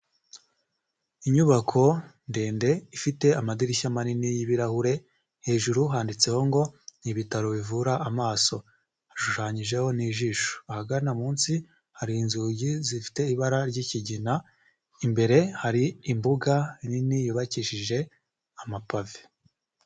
Inyubako ndende ifite amadirishya manini y'ibirahure, hejuru handitseho ngo ibitaro bivura amaso hashushanyijeho n'jisho, ahagana munsi hari inzugi zifite ibara ry'ikigina, imbere hari imbuga nini yubakishije amapave.